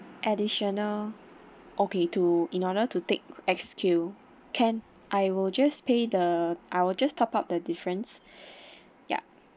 additional okay to in order to take S Q can I will just pay the I will just top up the difference ya